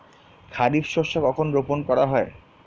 খারিফ শস্য কখন রোপন করা হয়?